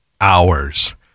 hours